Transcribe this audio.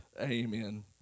Amen